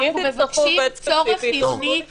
אנחנו מבקשים צורך חיוני תומך חיים.